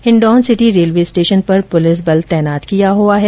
Hindaun city railway station पर police बल तैनात किया हुआ है